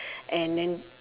and then